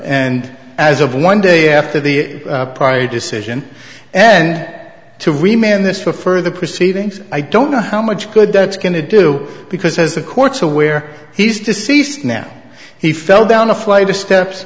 and as of one day after the primary decision and to remain in this for further proceedings i don't know how much good that's going to do because the courts where he's deceased now he fell down a flight of steps